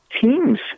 teams